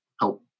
help